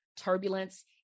Turbulence